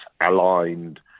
aligned